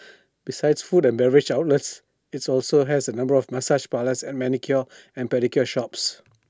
besides food and beverage outlets its also has A number of massage parlours and manicure and pedicure shops